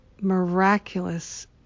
miraculous